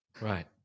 Right